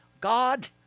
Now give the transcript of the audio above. God